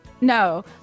No